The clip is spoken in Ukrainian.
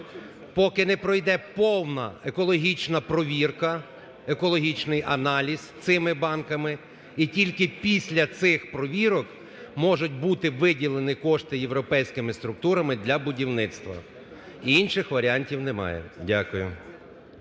поки не пройде повна екологічна перевірка, екологічний аналіз цими банками. і тільки після цих перевірок можуть бути виділені кошти європейським структурами для будівництва, і інших варіанті немає. Дякую.